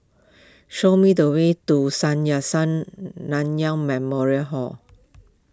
show me the way to Sun Yat Sen Nanyang Memorial Hall